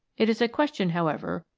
it is a question, however,